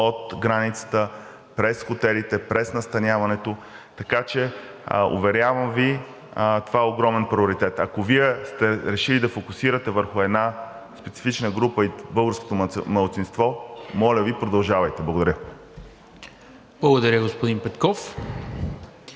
от границата, през хотелите, през настаняването, така че, уверявам Ви, това е огромен приоритет. Ако Вие сте решили да се фокусирате върху една специфична група – българското малцинство, моля Ви, продължавайте. Благодаря. ПРЕДСЕДАТЕЛ НИКОЛА